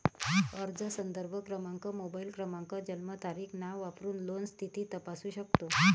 अर्ज संदर्भ क्रमांक, मोबाईल क्रमांक, जन्मतारीख, नाव वापरून लोन स्थिती तपासू शकतो